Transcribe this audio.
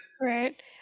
Right